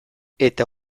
eta